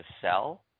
sell